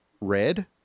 Red